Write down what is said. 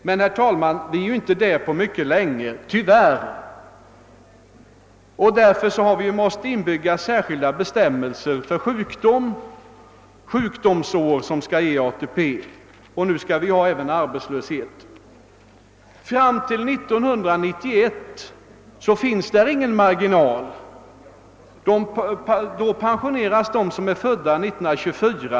Men, herr talman, det är tyvärr lång väg dit, och därför har vi måst införa särskilda bestämmelser för sjukdomsår som skall ge ATP. Och nu kommer ju också arbetslöshet in i bilden. Fram till år 1991 finns det ingen marginal. Då pensioneras de som är födda år 1924.